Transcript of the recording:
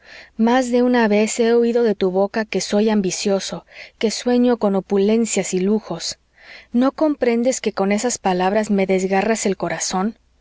más de una vez he oído de tu boca que soy ambicioso que sueño con opulencias y lujos no comprendes que con esas palabras me desgarras el corazón